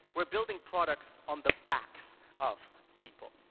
we're building products on the backs of people.